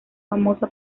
famosa